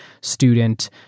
student